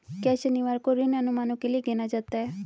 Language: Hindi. क्या शनिवार को ऋण अनुमानों के लिए गिना जाता है?